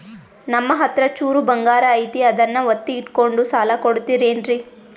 ನಮ್ಮಹತ್ರ ಚೂರು ಬಂಗಾರ ಐತಿ ಅದನ್ನ ಒತ್ತಿ ಇಟ್ಕೊಂಡು ಸಾಲ ಕೊಡ್ತಿರೇನ್ರಿ?